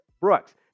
Brooks